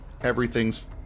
Everything's